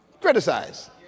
criticize